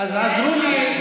אז עזרו לי.